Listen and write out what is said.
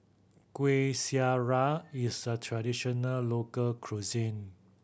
Kuih Syara is a traditional local cuisine